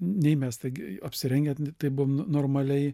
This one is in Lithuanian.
nei mes tai gi apsirengę tai buvom normaliai